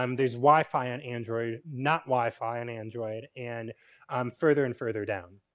um there's wi-fi on android, not wi-fi and android, and um further and further down.